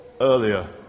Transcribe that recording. earlier